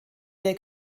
der